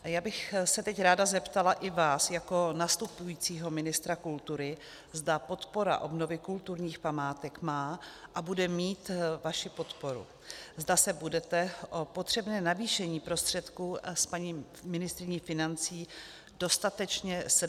Já bych se teď ráda zeptala i vás jako nastupujícího ministra kultury, zda podpora obnovy kulturních památek má a bude mít vaši podporu, zda se budete o potřebné navýšení prostředků s paní ministryní financí dostatečně srdnatě bít.